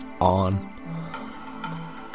on